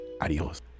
Adios